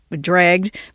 dragged